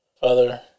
Father